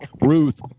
Ruth